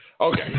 Okay